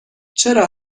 چرا